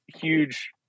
huge